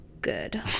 good